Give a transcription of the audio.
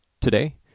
today